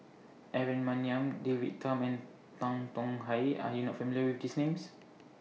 Aaron Maniam David Tham and Tan Tong Hye Are YOU not familiar with These Names